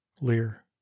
Lear